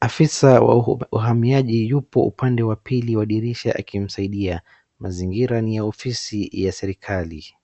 Afisa wa uhamiaji yupo katika upande wa pili wa dirisha akimsaidia. Mazingira ni ofisi ya serikali.